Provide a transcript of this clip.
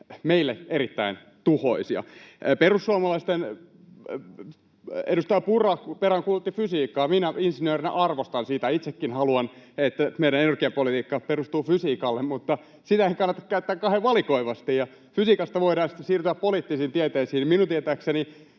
meille erittäin tuhoisia. Perussuomalaisten edustaja Purra peräänkuulutti fysiikkaa. Minä insinöörinä arvostan sitä — itsekin haluan, että meidän energiapolitiikkamme perustuu fysiikalle — mutta sitä ei kannata käyttää kauhean valikoivasti. Ja fysiikasta voidaan sitten siirtyä poliittisiin tieteisiin. Minun tietääkseni